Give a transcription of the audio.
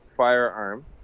Firearm